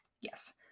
Yes